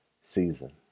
season